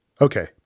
Okay